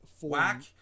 Whack